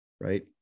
right